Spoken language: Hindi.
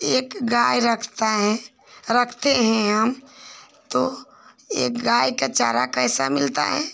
एक गाय रखते हैं रखे हैं हम तो एक गाय का चारा कैसा मिलता है